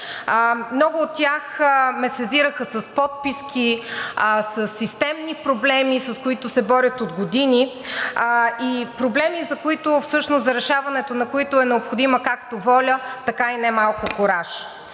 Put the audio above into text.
Много от тях ме сезираха с подписки, със системни проблеми, с които се борят от години, и проблеми, за решаването на които е необходима както воля, така и немалко кураж.